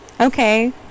Okay